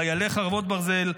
חיילי חרבות ברזל,